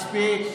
מספיק.